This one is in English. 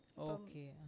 Okay